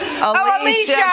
Alicia